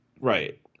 Right